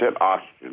oxygen